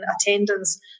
attendance